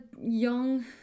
young